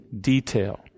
detail